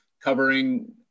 covering